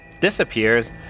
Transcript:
disappears